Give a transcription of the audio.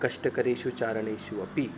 कष्टकरेषु चारणेषु अपि